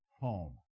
home